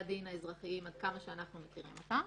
עד כמה שאנחנו מכירים אותם.